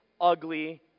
ugly